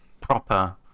proper